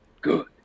good